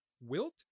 wilt